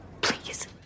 Please